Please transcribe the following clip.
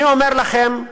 אני אומר לכם,